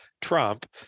Trump